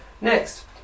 Next